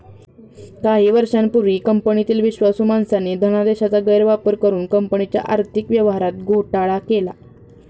काही वर्षांपूर्वी कंपनीतील विश्वासू माणसाने धनादेशाचा गैरवापर करुन कंपनीच्या आर्थिक व्यवहारात घोटाळा केला